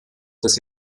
dass